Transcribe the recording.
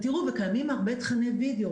קיימים הרבה תכני וידאו,